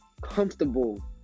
comfortable